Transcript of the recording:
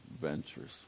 ventures